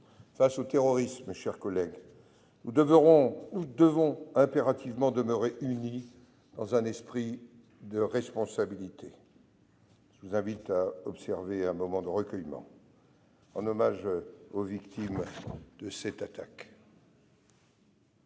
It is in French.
Face au terrorisme, nous devons impérativement demeurer unis dans un esprit de responsabilité. Je vous invite à observer un instant de recueillement en hommage aux victimes de cette attaque.